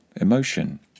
emotion